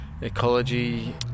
ecology